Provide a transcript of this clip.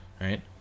right